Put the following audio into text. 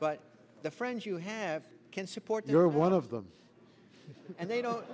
but the friends you have can support you're one of them and they don't